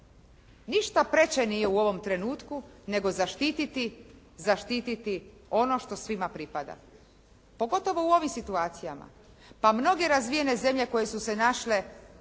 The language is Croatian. Ništa preče nije u ovom trenutku, nego zaštititi ono što svima pripada, pogotovo u ovim situacijama. Pa mnoge razvijene zemlje koje su se našle